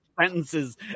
sentences